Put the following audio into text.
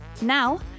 Now